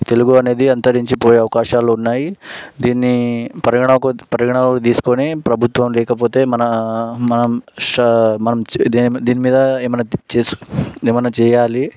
తెలుగు అనేది అంతరించిపోయే అవకాశాలు ఉన్నాయి దీన్ని పరిగణకి పరిగణలోకి తీసుకొని ప్రభుత్వం లేకపోతే మన మనం సా మనం దేని దీని మీద ఏమైనా చేసు ఏమైనా చేయాలి